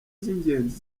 z’ingenzi